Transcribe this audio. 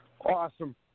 Awesome